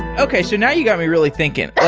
okay. so now you got me really thinking.